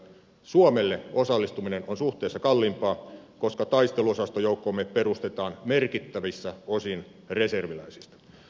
suomelle osallistuminen on suhteessa kalliimpaa koska taisteluosastojoukkomme perustetaan merkittävissä osin reserviläisistä